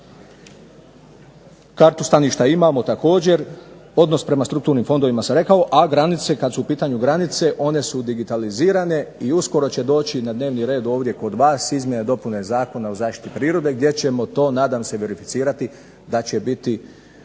Kartu staništa imamo također, odnos prema strukturnim fondovima sam rekao, a granice kad su u pitanju granice one su digitalizirane i uskoro će doći na dnevni red ovdje kod vas izmjene i dopune Zakona o zaštiti prirode gdje ćemo to nadam se verificirati da će biti